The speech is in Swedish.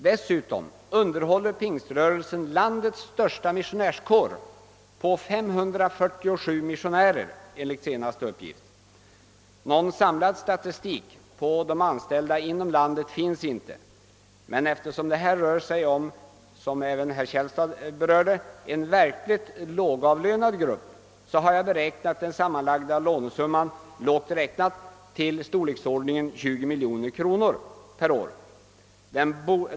Dessutom underhåller pingströrelsen landets största missionärskår, som enligt senaste uppgift uppgår till 547 missionärer. Någon samlad statistik på de anställda inom landet finns inte. Eftersom det här rör sig om — något som även herr Källstad påpekade — en verkligt lågavlönad grupp, har jag beräknat den sammanlagda lönesumman — lågt räknad — till storleksordningen 20 miljoner kronor.